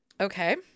Okay